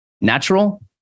Natural